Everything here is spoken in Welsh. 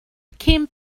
cyn